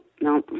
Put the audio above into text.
no